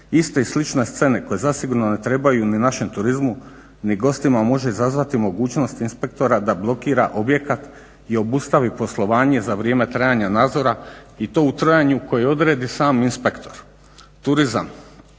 Iste i slične scene koje zasigurno ne trebaju ni našem turizmu ni gostima može izazvati mogućnost inspektora da blokira objekat i obustavi poslovanje za vrijeme trajanja nadzora i to u trajanju koje odredi sam inspektor. Turizam,